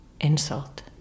insult